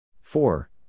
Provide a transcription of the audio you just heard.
four